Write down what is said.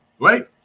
right